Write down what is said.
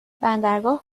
بندرگاه